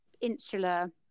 insular